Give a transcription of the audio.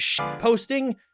posting